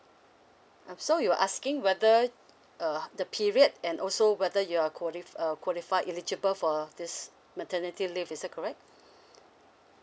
um so you asking whether uh the period and also whether you're quali~ err qualified eligible for this maternity leave is that correct